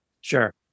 Sure